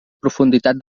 profunditat